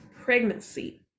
pregnancy